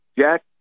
Jack